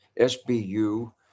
SBU